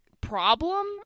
problem